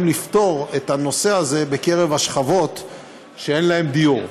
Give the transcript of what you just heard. לפתור את הנושא הזה בקרב השכבות שאין להן דיור.